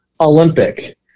Olympic